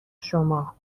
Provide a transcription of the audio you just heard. شما